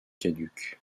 caduques